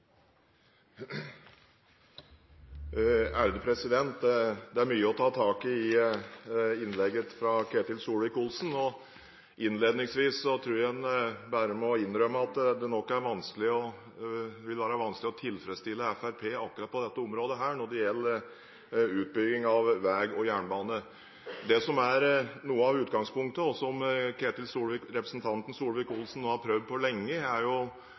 Det er mye å ta tak i innlegget fra Ketil Solvik-Olsen. Innledningsvis tror jeg man bare må innrømme at det nok vil være vanskelig å tilfredsstille Fremskrittspartiet akkurat på dette området, når det gjelder utbygging av vei og jernbane. Det som er noe av utgangspunktet, og som representanten Solvik-Olsen har prøvd på lenge,